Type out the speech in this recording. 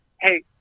Hey